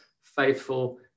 faithful